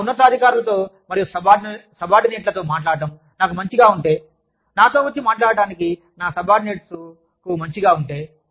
నా ఉన్నతాధికారులతో మరియు సబార్డినేట్లతో మాట్లాడటం నాకు మంచిగా ఉంటే నాతో వచ్చి మాట్లాడదానికి నా సబార్డినేట్ మంచిగా ఉంటే